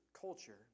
culture